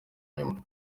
nyuma